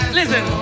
Listen